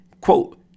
quote